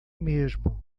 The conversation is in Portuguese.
mesmo